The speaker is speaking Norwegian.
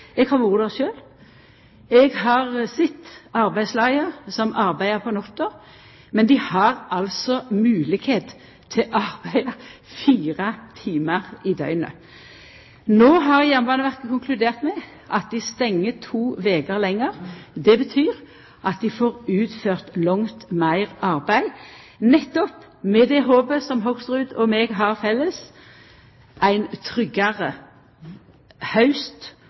Eg har vore der sjølv, eg har sett arbeidslaga som arbeider om natta, men dei har altså moglegheit til å arbeida 4 timar i døgnet. No har Jernbaneverket konkludert med at dei stengjer to veker lenger. Det betyr at dei får utført langt meir arbeid, nettopp med det håpet som Hoksrud og eg har felles, ein tryggare haust